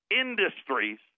industries